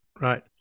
Right